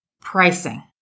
pricing